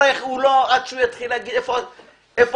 עד שהוא יתחיל להגיד איפה המספר,